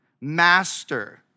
master